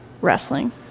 wrestling